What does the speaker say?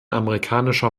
amerikanischer